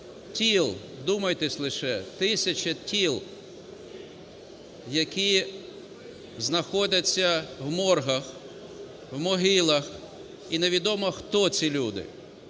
тіл, вдумайтеся лише, тисяча тіл, які знаходяться в моргах, в могилах, і невідомо хто ці люди.